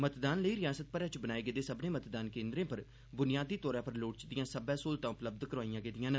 मतदान लेई रिआसत भरै च बनाए गेदे सब्मनें मतदान केन्द्रें पर बुनियादी तौरा पर लोड़चदिआं सब्बै स्हूलतां उपलब्ध करोआईआं गेदिआं न